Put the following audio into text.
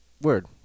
word